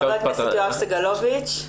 ח"כ יואב סגלוביץ'.